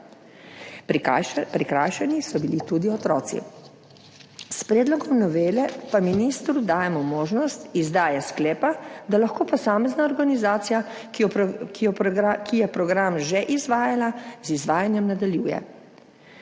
prikrajšani so bili tudi otroci. S predlogom novele pa ministru dajemo možnost izdaje sklepa, da lahko posamezna organizacija, ki je program že izvajala, z izvajanjem nadaljuje.